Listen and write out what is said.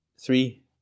three